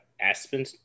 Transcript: Aspen